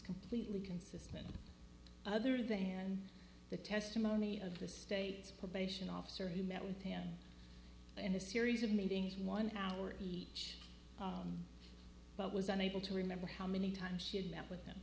completely consistent other than the testimony of the state's probation officer who met with him in a series of meetings one hour each but was unable to remember how many times she had met with